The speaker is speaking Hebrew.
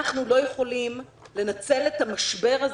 אנחנו לא יכולים לנצל את המשבר,